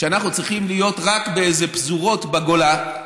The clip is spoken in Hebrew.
שאנחנו צריכים להיות רק באיזה פזורות בגולה,